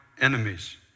enemies